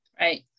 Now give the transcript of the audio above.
Right